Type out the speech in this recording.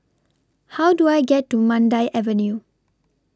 How Do I get to Mandai Avenue